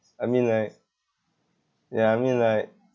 I mean like ya I mean like